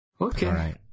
Okay